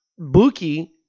Buki